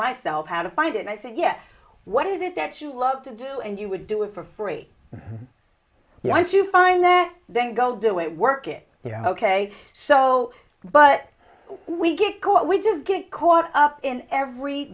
myself how to find it i said yes what is it that you love to do and you would do it for free once you find them then go do it work it you know ok so but we get caught we just get caught up in every